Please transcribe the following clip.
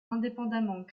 indépendamment